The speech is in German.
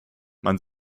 man